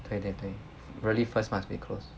对对对 really first must be close